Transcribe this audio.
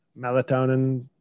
melatonin